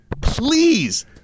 please